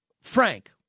frank